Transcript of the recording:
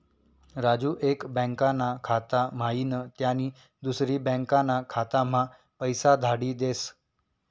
राजू एक बँकाना खाता म्हाईन त्यानी दुसरी बँकाना खाताम्हा पैसा धाडी देस